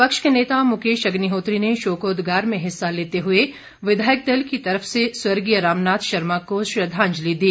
विपक्ष के नेता मुकेश अग्निहोत्री ने शोकोदगार में हिस्सा लेते हुए विधायक दल की तरफ से स्वर्गीय रामनाथ शर्मा को श्रद्वांजलि दी